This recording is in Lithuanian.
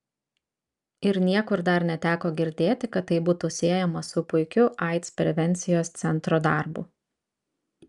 ir niekur dar neteko girdėti kad tai būtų siejama su puikiu aids prevencijos centro darbu